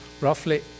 roughly